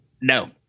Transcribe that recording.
no